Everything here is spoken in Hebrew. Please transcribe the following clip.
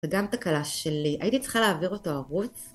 וגם תקלה שלי הייתי צריכה להעביר אותו ערוץ